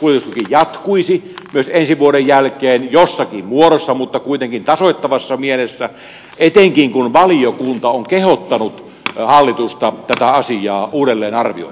kuljetustuki jatkuisi myös ensi vuoden jälkeen jossakin muodossa mutta kuitenkin tasoittavassa mielessä etenkin kun valiokunta on kehottanut hallitusta tätä asiaa uudelleenarvioimaan